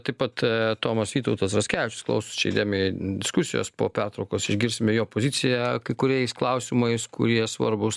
taip pat tomas vytautas raskevičius klauso čia įdėmiai diskusijos po pertraukos išgirsime jo poziciją kai kuriais klausimais kurie svarbūs